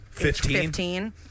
Fifteen